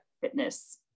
fitness